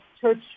church